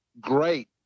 great